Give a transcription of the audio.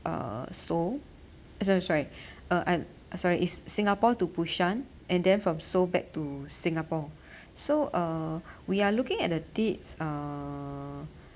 uh seoul sorry sorry uh sorry it's singapore to busan and then from seoul back to singapore so uh we are looking at the dates err